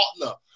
partner